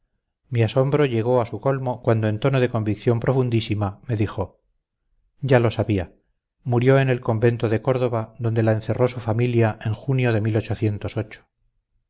mi asombro llegó a su colmo cuando en tono de convicción profundísima dijo ya lo sabía murió en el convento de córdoba donde la encerró su familia en junio de y